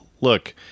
look